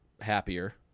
happier